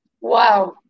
wow